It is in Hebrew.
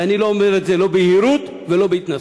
ואני לא אומר את זה לא ביהירות ולא בהתנשאות.